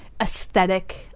aesthetic